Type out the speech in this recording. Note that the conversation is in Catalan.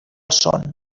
son